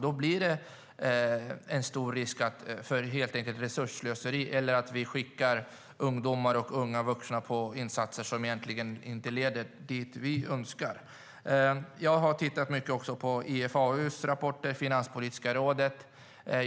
Då är risken för resursslöseri stor, att vi skickar ungdomar och unga vuxna på insatser som egentligen inte leder dit vi önskar. Jag har tittat mycket på IFAU:s rapporter och Finanspolitiska rådets rapporter.